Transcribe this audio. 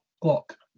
clock